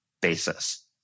basis